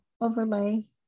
overlay